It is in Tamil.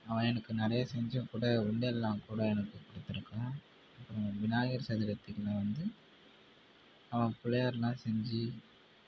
அவன் எனக்கு நிறையா செஞ்சும் கூட உண்டியலெல்லாம் கூட எனக்கு கொடுத்துருக்கான் அப்புறம் விநாயகர் சதுரத்தியில் வந்து அவன் பிள்ளையார்லாம் செஞ்சு